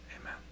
amen